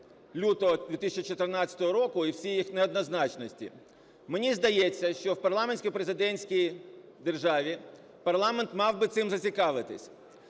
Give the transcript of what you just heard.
лютого 2014 року і всі їх неоднозначності. Мені здається, що в парламентсько-президентській державі парламент мав би цим зацікавитись.